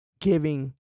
giving